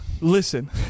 Listen